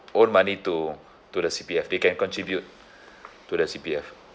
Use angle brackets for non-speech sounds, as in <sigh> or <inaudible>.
own money to to the C_P_F they can contribute <breath> to the C_P_F